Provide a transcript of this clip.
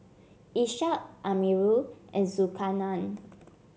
Ishak Amirul and Zulkarnain